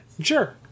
Sure